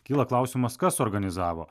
kyla klausimas kas suorganizavo